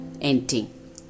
ending